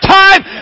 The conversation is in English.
time